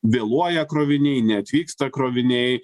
vėluoja kroviniai neatvyksta kroviniai